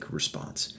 response